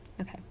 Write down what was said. Okay